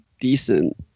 decent